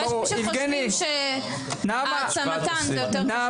אבל יש אנשים שחושבים שהעצמתן זה יותר חשוב.